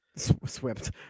swept